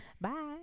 Bye